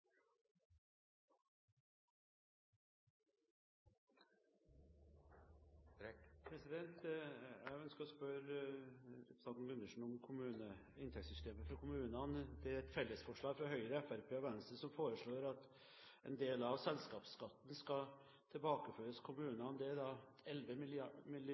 infrastruktur. Jeg ønsker å spørre representanten Gundersen om inntektssystemet til kommunene. Høyre, Fremskrittspartiet og Venstre forslår at en del av selskapsskatten skal tilbakeføres